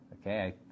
Okay